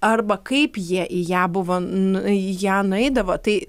arba kaip jie į ją buvo nu į ją nueidavo tai